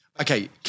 okay